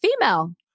female